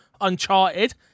Uncharted